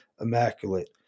Immaculate